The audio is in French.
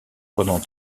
pendant